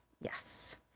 Yes